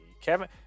Kevin